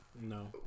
No